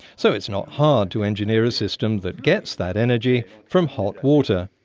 so it's not hard to engineer a system that gets that energy from hot water.